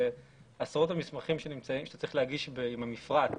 בעשרות המסמכים שאתה צריך להגיש עם המפרט,